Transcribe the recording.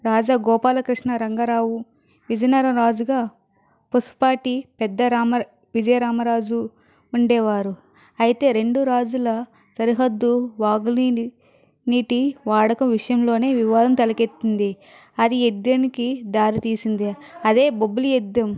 రాజగోపాలకృష్ణ రంగారావు విజయనగర రాజుగా పుష్పాటి పెద్ద రామ విజయరామరాజు ఉండేవారు అయితే రెండు రాజుల సరిహద్దు వాగులేని నీటి వాడక విషయంలోనే వివాదం తలకెత్తింది అది యుద్ధానికి దారి తీసింది అదే బొబ్బిలి యుద్ధం